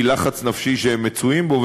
מלחץ נפשי שהם מצויים בו,